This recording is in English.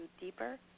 deeper